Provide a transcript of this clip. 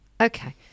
Okay